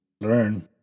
learn